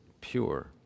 pure